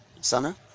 sana